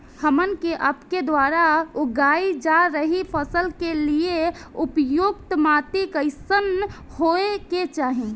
हमन के आपके द्वारा उगाई जा रही फसल के लिए उपयुक्त माटी कईसन होय के चाहीं?